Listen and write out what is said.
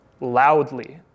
loudly